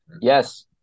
yes